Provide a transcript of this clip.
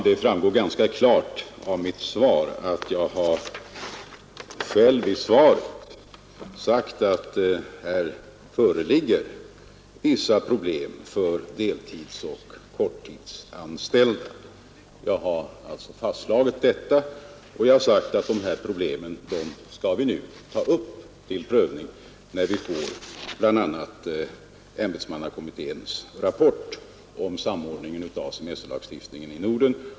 Jag har själv i mitt svar fastslagit att det här föreligger vissa problem för deltidsoch korttidsanställda, och jag har sagt att vi skall ta upp dessa problem till prövning nu när vi får bl.a. ämbetsmannakommitténs rapport om samordningen av semesterlagstiftningen i Norden.